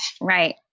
Right